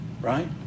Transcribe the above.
right